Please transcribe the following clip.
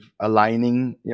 aligning